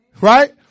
Right